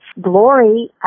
Glory